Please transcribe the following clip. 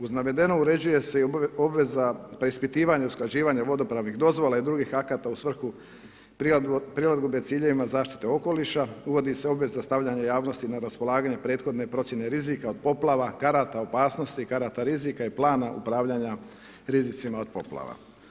Uz navedeno uređuje se i obveza preispitivanja usklađivanja vodopravnih dozvola i drugih akata u svrhu prilagodbe ciljevima zaštite okoliša, uvodi se obveza stavljanja u javnosti na raspolaganje prethodne procjene rizika od poplava, karata opasnosti, karata rizika i plana upravljanja rizicima od poplava.